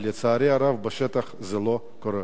אבל לצערי הרב בשטח זה לא קורה.